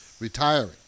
retiring